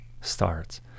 starts